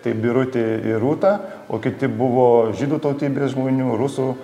tai birutė ir rūta o kiti buvo žydų tautybės žmonių rusų